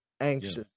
anxious